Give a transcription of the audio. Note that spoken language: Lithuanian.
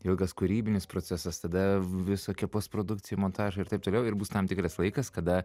ilgas kūrybinis procesas tada visokie posprodukcija montažai ir taip toliau ir bus tam tikras laikas kada